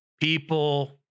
people